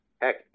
heck